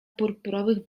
purpurowych